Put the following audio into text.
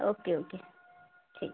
okay okay ठीक